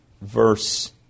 verse